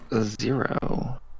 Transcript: zero